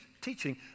teaching